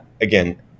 again